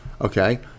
Okay